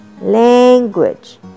Language